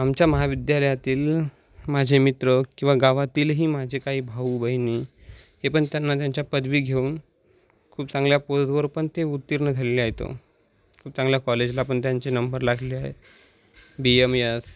आमच्या महाविद्यालयातील माझे मित्र किंवा गावातीलही माझे काही भाऊ बहिनी हे पण त्यांना त्यांच्या पदवी घेऊन खूप चांगल्या पोजवर पण ते उत्तीर्ण झालेले आहेत खूप चांगल्या कॉलेजला पण त्यांचे नंबर लागले आहे बी एम यस